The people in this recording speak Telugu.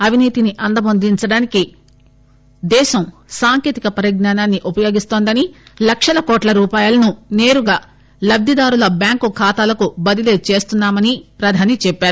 అవినీతిని అంతమొందించడానికి దేశం సాంకేతిక పరిజ్ఞానాన్ని ఉపయోగిస్తోందని లక్షల కోట్ల రూపాయలను సేరుగా లబ్దిదారుల బ్యాంకు ఖాతాలకు బదిలీ చేస్తున్నా మని ప్రధాని చెప్పారు